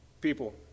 people